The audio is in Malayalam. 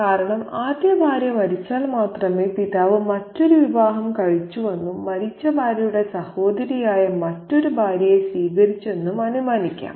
കാരണം ആദ്യഭാര്യ മരിച്ചാൽ മാത്രമേ പിതാവ് മറ്റൊരു വിവാഹം കഴിച്ചുവെന്നും മരിച്ച ഭാര്യയുടെ സഹോദരിയായ മറ്റൊരു ഭാര്യയെ സ്വീകരിച്ചെന്നും അനുമാനിക്കാം